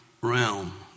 realm